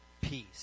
peace